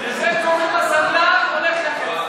כל אחד, לזה קוראים "הסנדלר הולך יחף".